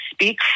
speak